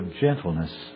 gentleness